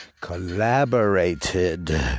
collaborated